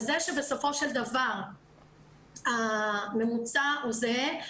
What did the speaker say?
אז זה שבסופו של דבר הממוצע זהה,